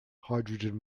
hydrogen